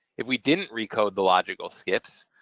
if we didn't recode the logical skips,